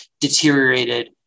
deteriorated